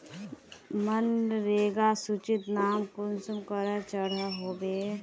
मनरेगा सूचित नाम कुंसम करे चढ़ो होबे?